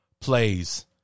plays